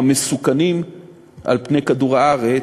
המסוכנים על פני כדור-הארץ,